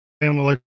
Family